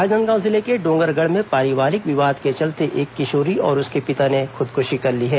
राजनांदगांव जिले के डोंगरगढ़ में पारिवारिक विवाद के चलते एक किशोरी युवती और उसके पिता ने खुदकुशी कर ली है